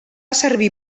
servir